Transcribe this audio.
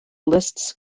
lists